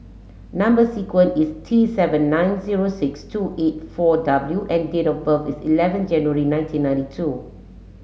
number sequence is T seven nine zero six two eight four W and date of birth is eleven January nineteen ninety two